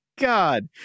God